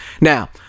Now